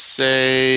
say